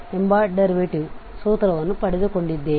ಎಂಬ ಡೆರ್ವಟಿವ್ ಸೂತ್ರವನ್ನು ಪಡೆದುಕೊಂಡಿದ್ದೇವೆ